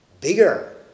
bigger